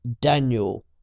Daniel